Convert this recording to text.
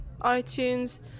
iTunes